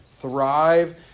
thrive